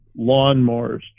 lawnmowers